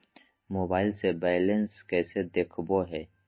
Mobile से balance कैसे देखाबो है?